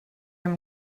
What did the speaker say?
amb